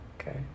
Okay